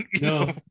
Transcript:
No